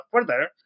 further